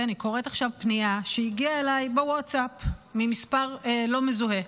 אני קוראת עכשיו פנייה שהגיעה אליי בווטסאפ ממספר לא מזוהה: